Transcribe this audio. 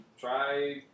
try